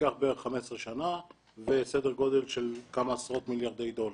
לוקח בערך 15 שנה וסדר גודל של כמה עשרות מיליארדי דולר.